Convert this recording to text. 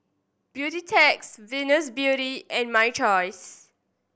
Beautex Venus Beauty and My Choice